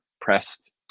pressed